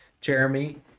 Jeremy